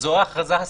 זו ההכרזה הספציפית.